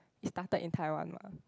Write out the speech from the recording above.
it started in Taiwan mah